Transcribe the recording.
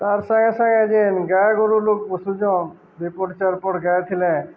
ତାର୍ ସାଙ୍ଗେ ସାଙ୍ଗେ ଯେନ୍ ଗାଈ ଗୋରୁ ଲୋକ ପୋଶୁଛନ୍ ଦୁଇପଟ ଚାରିପଟ ଗାଈଥିଲେ